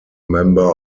member